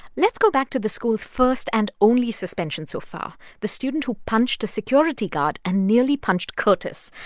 let's go back to the school's first and only suspension so far the student who punched a security guard and nearly punched curtis.